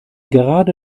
gerade